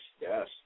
Yes